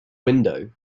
window